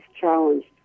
challenged